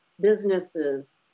businesses